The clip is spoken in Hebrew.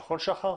שחר,